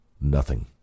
Nothing